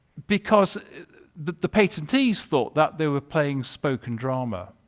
because but the patentees thought that they were playing spoken drama,